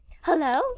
Hello